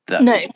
no